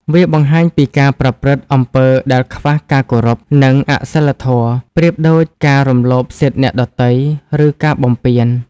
វាបង្ហាញពីការប្រព្រឹត្តអំពើដែលខ្វះការគោរព និងអសីលធម៌ ប្រៀបដូចការរំលោភសិទ្ធិអ្នកដទៃ ឬការបំពាន។